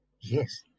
Yes